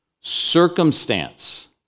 Circumstance